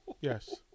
Yes